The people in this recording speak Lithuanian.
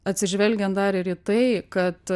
atsižvelgiant dar ir į tai kad